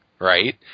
right